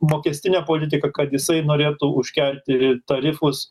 mokestinė politika kad jisai norėtų užkelti tarifus